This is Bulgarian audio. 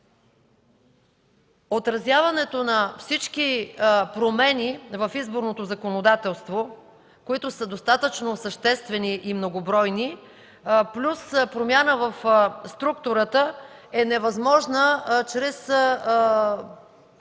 отразяването на всички промени в изборното законодателство, които са достатъчно съществени и многобройни, плюс промяна в структурата, е невъзможна без